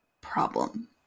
problem